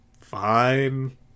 fine